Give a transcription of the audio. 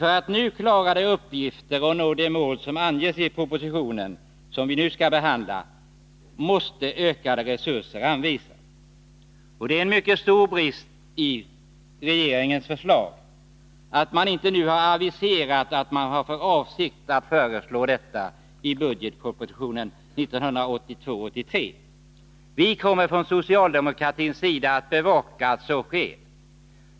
För att nu klara de uppgifter och nå de mål som angesi den proposition som vi behandlar måste ökade resurser anvisas. Det är en mycket stor brist i regeringens förslag att man inte nu har aviserat att man har för avsikt att föreslå detta i budgetpropositionen för 1982/83. Vi kommer från socialdemokratins sida att bevaka att så sker.